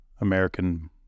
American